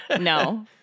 No